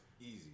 easy